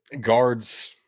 Guards